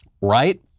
Right